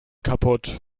kaputt